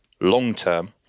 long-term